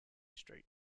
street